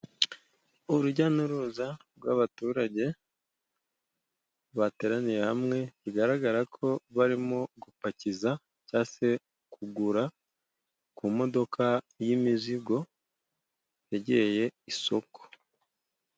Urujya n'uruza rw'abaturage bateraniye hamwe, bigaragara ko barimo gupakiza, cyangwa se kugura ku modoka y'imizigo yegereye isoko.